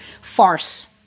farce